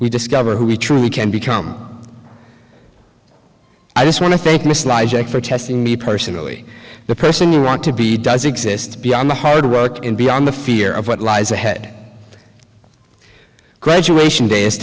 we discover who we truly can become i just want to thank me for testing me personally the person you want to be does exist beyond the hard work and beyond the fear of what lies ahead graduation day is